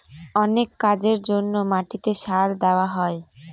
অনেক কাজের জন্য মাটিতে সার দেওয়া হয়